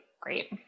great